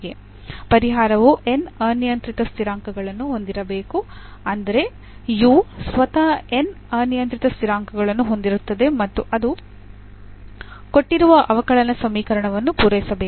ಪರಿಹಾರವು n ಅನಿಯಂತ್ರಿತ ಸ್ಥಿರಾಂಕಗಳನ್ನು ಹೊಂದಿರಬೇಕು ಅಂದರೆ ಸ್ವತಃ n ಅನಿಯಂತ್ರಿತ ಸ್ಥಿರಾಂಕಗಳನ್ನು ಹೊಂದಿರುತ್ತದೆ ಮತ್ತು ಅದು ಕೊಟ್ಟಿರುವ ಅವಕಲನ ಸಮೀಕರಣವನ್ನು ಪೂರೈಸಬೇಕು